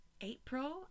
April